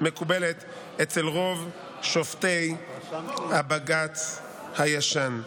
אצל רוב שופטי הבג"ץ הישן.